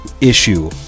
issue